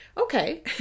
okay